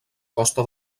costa